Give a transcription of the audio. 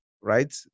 Right